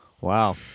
Wow